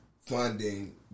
funding